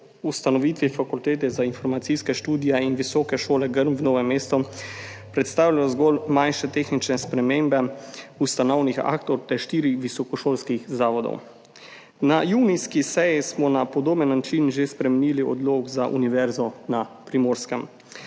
o ustanovitvi, Fakultete za informacijske študije in Visoke šole Grm v Novem mestu, predstavljajo zgolj manjše tehnične spremembe ustanovnih aktov ter štirih visokošolskih zavodov. Na junijski seji smo na podoben način že spremenili odlok za Univerzo na Primorskem.